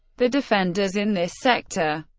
the defenders in this sector,